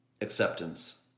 acceptance